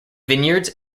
vineyards